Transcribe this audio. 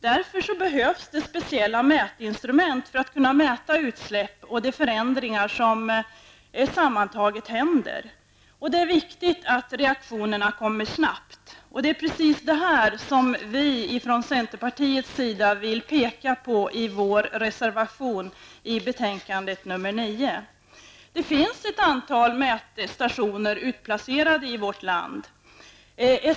Därför behövs det speciella mätinstrument, så att man kan mäta utsläpp och de förändringar som äger rum. Det är också viktigt att reaktionerna kommer snabbt. Det är just detta som vi i centerpartiet vill peka på i vår reservation i betänkandet nr 9. Det finns ett antal mätstationer utplacerade i vårt land.